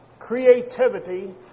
Creativity